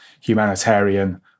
humanitarian